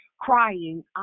crying